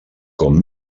com